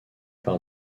par